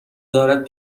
دارد